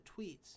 tweets